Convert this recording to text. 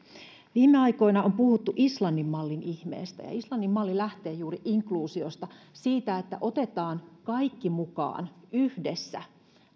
viime aikoina on puhuttu islannin mallin ihmeestä ja islannin malli lähtee juuri inkluusiosta siitä että otetaan kaikki mukaan yhdessä